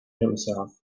himself